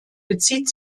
bezieht